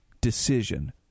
decision